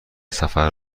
سفر